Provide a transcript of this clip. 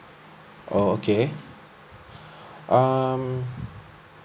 oh okay um